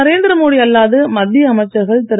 நரேந்திரமோடி அல்லாது மத்திய அமைச்சர்கள் திரு